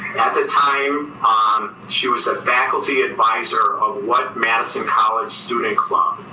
at the time um she was a faculty advisor of what madison college student club?